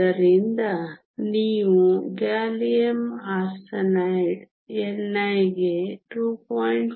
ಆದ್ದರಿಂದ ನೀವು gallium arsenide ni ಗೆ 2